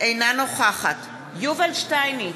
אינה נוכחת יובל שטייניץ,